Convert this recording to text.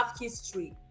history